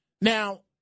Now